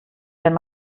wenn